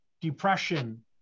depression